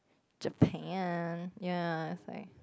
Japan ya it's like